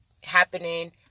happening